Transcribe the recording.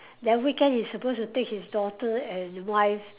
that weekend he's supposed to take his daughter and wife